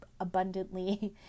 abundantly